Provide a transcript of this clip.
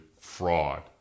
fraud